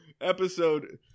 episode